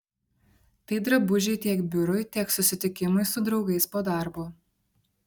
tai drabužiai tiek biurui tiek susitikimui su draugais po darbo